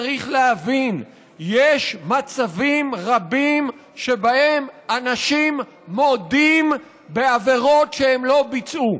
צריך להבין שיש מצבים רבים שבהם אנשים מודים בעבירות שהם לא ביצעו.